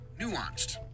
nuanced